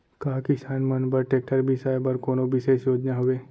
का किसान मन बर ट्रैक्टर बिसाय बर कोनो बिशेष योजना हवे?